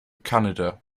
canada